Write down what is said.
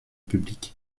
public